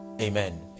Amen